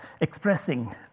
Expressing